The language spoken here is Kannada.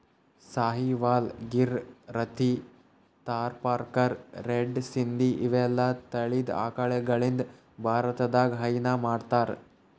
ಸಾಹಿವಾಲ್, ಗಿರ್, ರಥಿ, ಥರ್ಪಾರ್ಕರ್, ರೆಡ್ ಸಿಂಧಿ ಇವೆಲ್ಲಾ ತಳಿದ್ ಆಕಳಗಳಿಂದ್ ಭಾರತದಾಗ್ ಹೈನಾ ಮಾಡ್ತಾರ್